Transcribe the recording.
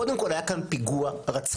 קודם כל היה כאן פיגוע רצחני,